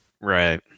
Right